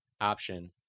option